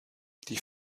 die